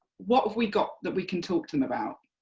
what have we got that we can talk to them about?